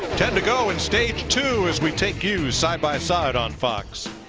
ten to go in stage two as we take you side by side on fox